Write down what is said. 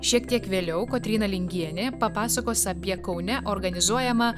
šiek tiek vėliau kotryna lingienė papasakos apie kaune organizuojamą